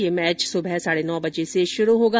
यह मैच सुबह साढ़े नौ बजे से शुरू होगा